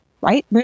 Right